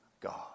God